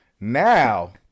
Now